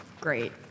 Great